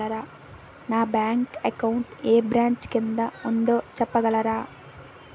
నా bank account ఏ branch కిందా ఉందో చెప్పగలరా?